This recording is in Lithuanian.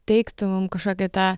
teiktų mum kažkokį tą